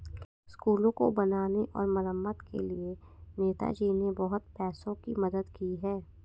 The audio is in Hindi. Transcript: स्कूलों को बनाने और मरम्मत के लिए नेताजी ने बहुत पैसों की मदद की है